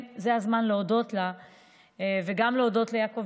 זה הזמן להודות לה וגם להודות ליעקב